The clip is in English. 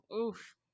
Oof